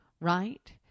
right